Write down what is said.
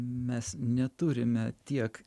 mes neturime tiek